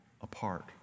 apart